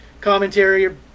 commentary